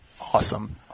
Awesome